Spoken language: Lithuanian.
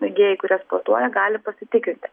mėgėjai kurie sportuoja gali pasitikrinti